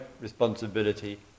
responsibility